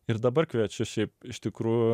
ir dabar kviečiu šiaip iš tikrųjų